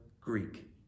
Greek